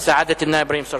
סעאדת א-נאא'ב אברהים צרצור.